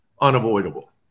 unavoidable